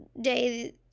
Day